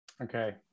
Okay